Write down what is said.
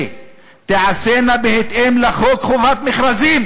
לחוק חובת המכרזים